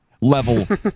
level